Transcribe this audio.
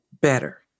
better